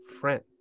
friend